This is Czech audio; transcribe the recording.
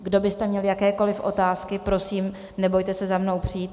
Kdo byste měli jakékoli otázky, prosím, nebojte se za mnou přijít.